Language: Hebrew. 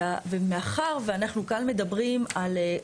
ומאחר ואנחנו כאן מדברים על,